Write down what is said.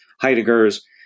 Heidegger's